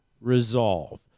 resolve